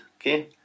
okay